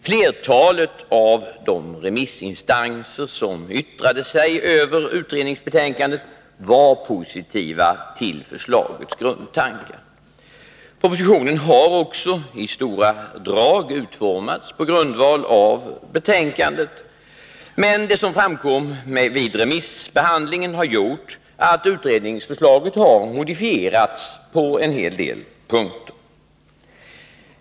Flertalet av de remissinstanser som yttrade sig över utredningsbetänkandet var positiva till förslagets grundtankar. Propositionen har också i stora drag utformats på grundval av betänkandet. Men vad som framkom vid remissbehandlingen har gjort att utredningsförslaget har modifierats på vissa punkter.